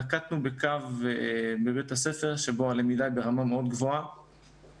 נקטנו בבית ספר בקו שהלמידה ברמה גבוהה מאוד,